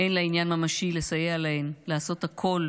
אין לה עניין ממשי לסייע להן, לעשות הכול